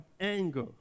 anger